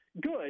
good